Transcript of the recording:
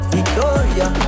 Victoria